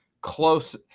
close